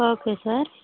okay sir